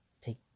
take